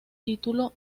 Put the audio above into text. título